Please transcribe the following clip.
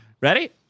Ready